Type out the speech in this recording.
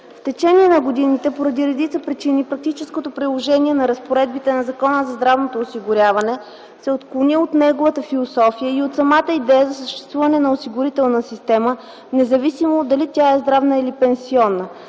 В течение на годините поради редица причини практическото приложение на разпоредбите на Закона за здравното осигуряване се отклони от неговата философия и от самата идея за съществуване на осигурителна система, независимо дали тя е здравна или пенсионна.